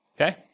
okay